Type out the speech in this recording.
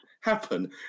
happen